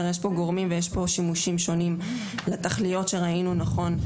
יש פה גורמים ויש פה שימושים שונים לתכליות שראינו לנכון,